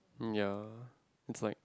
ya it's like